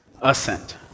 ascent